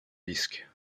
disque